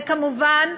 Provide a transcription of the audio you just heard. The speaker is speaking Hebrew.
וכמובן,